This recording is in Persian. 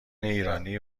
ایرانی